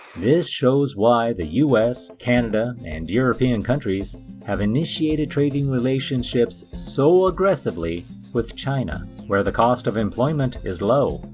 this shows why the us, canada, and european countries have initiated trading relationships so aggressively with china, where the cost of employment is low,